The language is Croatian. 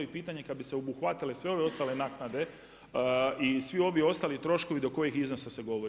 I pitanje kada bi se obuhvatile sve ove ostale naknade i svi ovi ostali troškovi do kojih iznosa se govori.